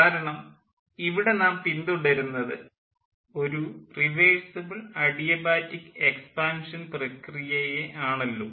കാരണം നാം ഇവിടെ പിൻതുടരുന്നത് ഒരു റിവേഴ്സിബിൾ അഡിയ ബാറ്റിക്ക് എക്സ്പാൻഷൻ പ്രകിയയെ ആണല്ലോ